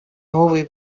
новые